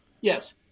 yes